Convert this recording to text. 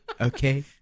Okay